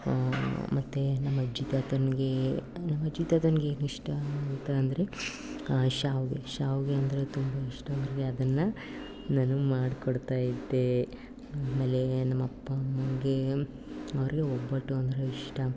ಮತ್ತು ನಮ್ಮ ಅಜ್ಜಿ ತಾತನಿಗೆ ನಮ್ಮ ಅಜ್ಜಿ ತಾತನ್ಗೆ ಏನು ಇಷ್ಟ ಅಂತ ಅಂದ್ರೆ ಶಾವಿಗೆ ಶಾವಿಗೆ ಅಂದರೆ ತುಂಬ ಇಷ್ಟ ಅವ್ರಿಗೆ ಅದನ್ನು ನಾನು ಮಾಡ್ಕೊಡ್ತಾಯಿದ್ದೆ ಆಮೇಲೇ ನಮ್ಮ ಅಪ್ಪ ಅಮ್ಮನಿಗೆ ಅವರಿಗೆ ಒಬ್ಬಟ್ಟು ಅಂದರೆ ಇಷ್ಟ